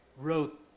wrote